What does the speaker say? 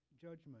judgment